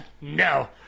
no